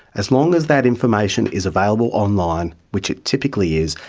as long as that information is available online, which it typically is,